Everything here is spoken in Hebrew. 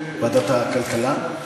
ועדת הכלכלה?